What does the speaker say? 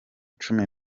cumi